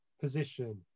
position